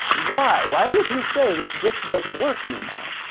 why, why would he say that this doesn't work anymore?